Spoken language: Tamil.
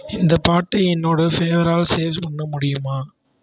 இந்த பாட்டை என்னோட ஃபேவரால் பண்ண முடியுமா